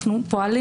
אנו פועלים